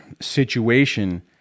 situation